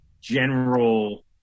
general